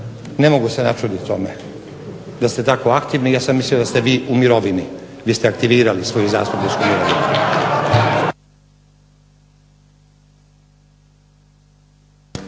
ne mogu se načudit tome da ste tako aktivni, ja sam mislio da ste vi u mirovini, vi ste aktivirali svoju zastupničku mirovinu.